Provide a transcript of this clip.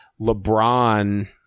LeBron